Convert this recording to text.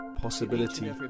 Possibility